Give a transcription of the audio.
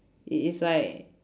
it is like